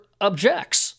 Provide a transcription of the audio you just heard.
objects